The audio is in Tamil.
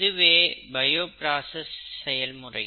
இதுவே பயோ பிராஸஸ் செயல்முறை